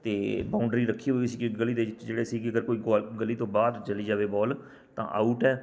ਅਤੇ ਬੋਂਡਰੀ ਰੱਖੀ ਹੋਈ ਸੀਗੀ ਇੱਕ ਗਲੀ ਦੇ ਵਿੱਚ ਜਿਹੜੇ ਸੀਗੇ ਅਗਰ ਕੋਈ ਗੋਅ ਗਲੀ ਤੋਂ ਬਾਹਰ ਚਲੀ ਜਾਵੇ ਬੋਲ ਤਾਂ ਆਊਟ ਹੈ